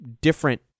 different